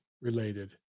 related